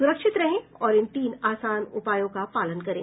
सुरक्षित रहें और इन तीन आसान उपायों का पालन करें